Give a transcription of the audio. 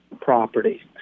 property